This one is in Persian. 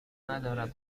ندارد